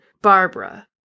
Barbara